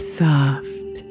soft